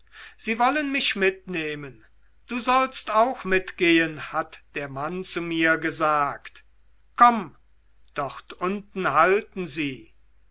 sie wollen mich mitnehmen du sollst auch mitgehen hat der mann zu mir gesagt komm dort unten halten sie